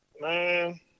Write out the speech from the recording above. Man